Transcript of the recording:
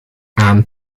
aan